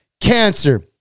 Cancer